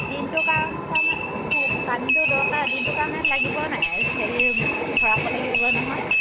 দিনটোৰ কাৰণে তাৰমানে পানীটো দৰকাৰ দিনটোৰ কাৰণে লাগিব নাই হেৰি ভৰাব লাগিব নহয়